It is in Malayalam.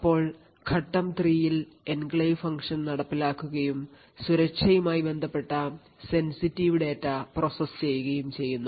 അപ്പോൾ ഘട്ടം 3 ൽ എൻക്ലേവ് ഫംഗ്ഷൻ നടപ്പിലാക്കുകയും സുരക്ഷയുമായി ബന്ധപ്പെട്ട സെൻസിറ്റീവ് ഡാറ്റ പ്രോസസ്സ് ചെയ്യുകയും ചെയ്യുന്നു